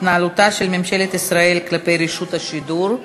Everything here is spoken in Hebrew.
התנהלותה של ממשלת ישראל כלפי רשות השידור,